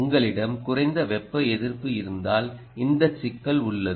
உங்களிடம் குறைந்த வெப்ப எதிர்ப்பு இருந்தால் இந்த சிக்கல் உள்ளது